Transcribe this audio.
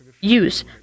use